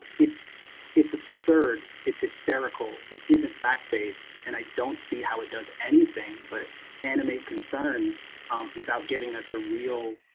it's it's absurd it's hysterical it isn't fact-based and i don't see how it does anything but animate concern, um without giving us a real,